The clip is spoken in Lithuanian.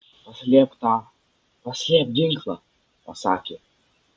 paslėpk tą paslėpk ginklą pasakė